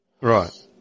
right